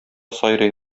сайрый